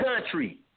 country